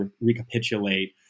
recapitulate